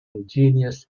ingenious